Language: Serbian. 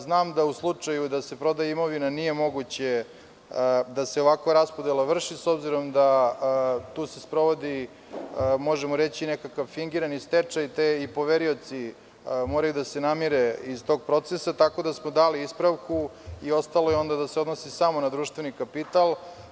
Znam da u slučaju da se prodaje imovina nije moguće da se ovako raspodela vrši s obzirom da se tu sprovodi nekakav fingirani stečaj, te i poverioci moraju da se namire iz tog proces, tako da smo dali ispravku i ostalo je da se odnosi samo na društveni kapital.